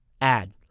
Add